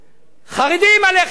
חרדים עליך ישראל.